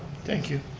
thank you.